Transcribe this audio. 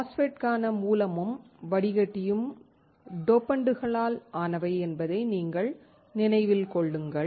MOSFET க்கான மூலமும் வடிகட்டியும் டோபண்டுகளால் ஆனவை என்பதை நீங்கள் நினைவில் கொள்ளுங்கள்